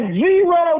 zero